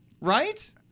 Right